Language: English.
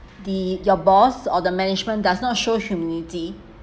the your boss or the management does not shows humility